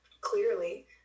clearly